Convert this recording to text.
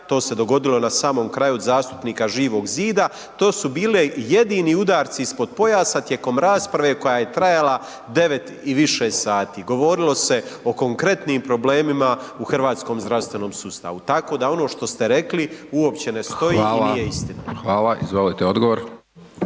To se dogodilo na samom kraju od zastupnika Živog zida, to su bile jedini udarci ispod pojasa tijekom rasprave koja je trajala 9 i više sati. Govorilo se o konkretnim problemima u hrvatskom zdravstvenom sustavu tako da ono što ste rekli uopće ne stoji i nije istina. **Hajdaš Dončić, Siniša